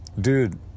dude